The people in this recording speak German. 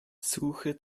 suche